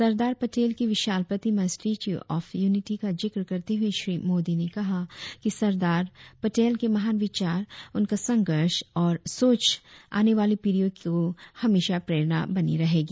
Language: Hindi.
सरदार पटेल की विशाल प्रतिमा स्टेच्यू ऑफ यूनिटी का जिक्र करते हुए श्री मोदी ने कहा कि सरदार पटेल के महान विचार उनका संघर्ष और सोच आने वाली पीढ़ियों की हमेशा प्रेरणा बनी रहेगी